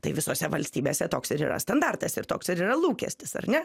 tai visose valstybėse toks ir yra standartas ir toks ir yra lūkestis ar ne